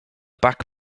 back